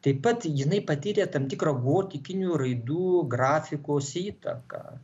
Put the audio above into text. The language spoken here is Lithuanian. taip pat jinai patyrė tam tikrą gotikinių raidų grafikos įtaką